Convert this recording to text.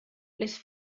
les